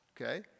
okay